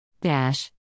dash